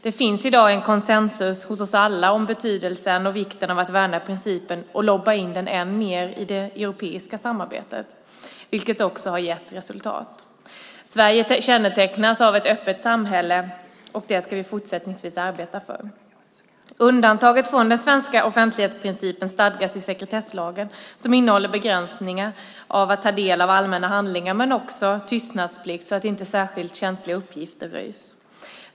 Det finns i dag en konsensus hos oss alla om betydelsen och vikten av att värna principen och lobba in den än mer i det europeiska samarbetet, vilket också har gett resultat. Sverige kännetecknas av ett öppet samhälle, och det ska vi fortsätta att arbeta för. Undantaget från den svenska offentlighetsprincipen stadgas i sekretesslagen som innehåller begränsningar för att ta del av allmänna handlingar men också tystnadsplikt så att inte särskilt känsliga uppgifter röjs.